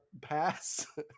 pass